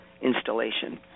installation